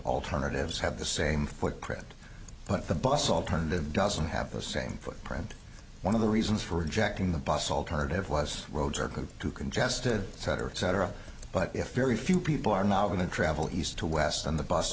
alternatives have the same footprint but the bus alternative doesn't have the same footprint one of the reasons for rejecting the bus alternative was roads are too congested cetera et cetera but if very few people are now going to travel east to west on the bus